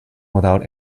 without